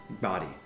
body